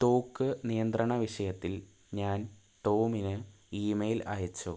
തോക്ക് നിയന്ത്രണ വിഷയത്തിൽ ഞാൻ ടോമിന് ഇമെയിൽ അയച്ചോ